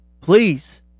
Please